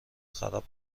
خراب